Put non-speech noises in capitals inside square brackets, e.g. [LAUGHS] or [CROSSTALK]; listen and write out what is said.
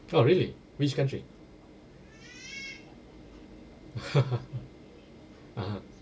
oh really which country [LAUGHS] (uh huh)